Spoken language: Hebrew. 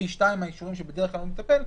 בפי שניים אישורים שבדרך כלל הוא מטפל,